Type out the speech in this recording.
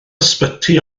ysbyty